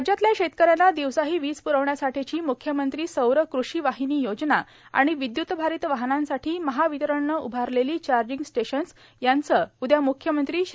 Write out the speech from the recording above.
राज्यातल्या शेतकऱ्यांना दिवसाही वीज पुरवण्यासाठीची मुख्यमंत्री सौर कृषी वाहिनी योजना आणि विद्युत भारीत वाहनांसाठी महावितरणनं उभारलेली चार्जिंग स्टेशन्सए यांचं उद्या म्ख्यमंत्री श्री